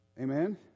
Amen